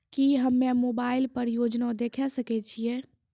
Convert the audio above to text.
की हम्मे मोबाइल पर योजना देखय सकय छियै?